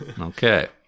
Okay